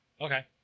Okay